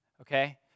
Okay